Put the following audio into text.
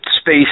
space